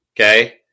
Okay